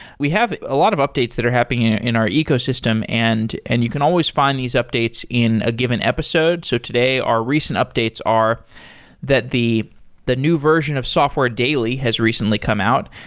we have a lot of updates that are happening in our ecosystem, and and you can always find these updates in a given episode. so today, our recent updates are that the the new version of software daily has recently come out.